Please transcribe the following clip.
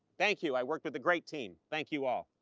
thank you, i worked with a great team, thank you all.